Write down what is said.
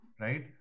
Right